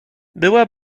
była